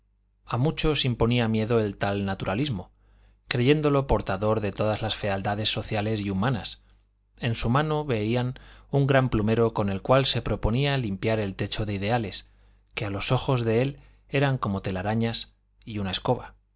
a muchos imponía miedo el tal naturalismo creyéndolo portador de todas las fealdades sociales y humanas en su mano veían un gran plumero con el cual se proponía limpiar el techo de ideales que a los ojos de él eran como telarañas y una escoba